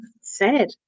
sad